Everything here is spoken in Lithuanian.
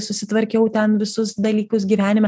susitvarkiau ten visus dalykus gyvenime